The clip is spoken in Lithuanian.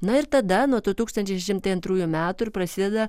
na ir tada nuo tų tūkstantis šeši šimtai antrųjų metų ir prasideda